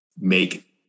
make